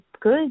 good